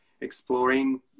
exploring